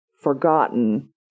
Forgotten